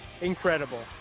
incredible